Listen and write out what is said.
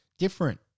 Different